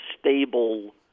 stable